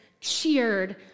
cheered